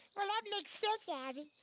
well that makes sense yeah abby.